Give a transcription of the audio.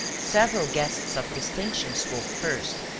several guests of distinction spoke first,